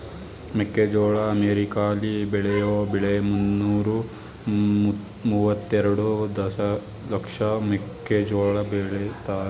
ಮೆಕ್ಕೆಜೋಳ ಅಮೆರಿಕಾಲಿ ಬೆಳೆಯೋ ಬೆಳೆ ಮುನ್ನೂರ ಮುವತ್ತೆರೆಡು ದಶಲಕ್ಷ ಮೆಕ್ಕೆಜೋಳ ಬೆಳಿತಾರೆ